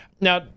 now